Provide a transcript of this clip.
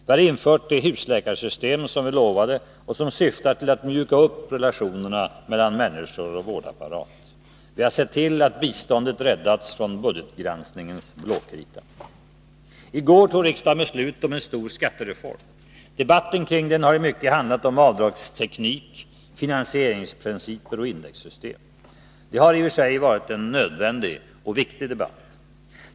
Vi har infört det husläkarsystem som vi lovade och som syftar till att mjuka upp relationerna mellan människor och vårdapparat. Vi har sett till att biståndet räddats från budgetgranskningens blåkrita. I går tog riksdagen beslutet om en stor skattereform. Debatten kring den har i mycket handlat om avdragsteknik, finansieringsprinciper och indexsystem. Det har i och för sig varit en nödvändig och viktig debatt.